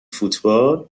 فوتبال